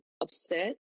upset